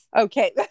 okay